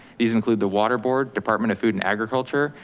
these include the water board, department of food and agriculture,